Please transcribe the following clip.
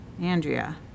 andrea